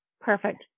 perfect